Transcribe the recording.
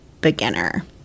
beginner